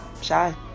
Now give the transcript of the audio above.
shy